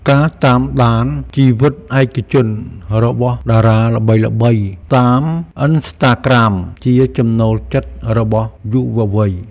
ការតាមដានជីវិតឯកជនរបស់តារាល្បីៗតាមអ៊ីនស្តាក្រាម ជាចំណូលចិត្តរបស់យុវវ័យ។